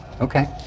Okay